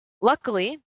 Luckily